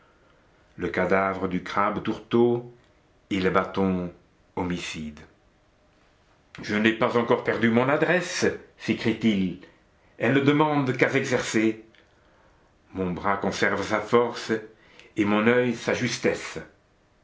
le cadavre du crabe tourteau et le bâton homicide je n'ai pas encore perdu mon adresse s'écrie-t-il elle ne demande qu'à s'exercer mon bras conserve sa force et mon oeil sa justesse